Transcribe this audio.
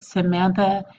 samantha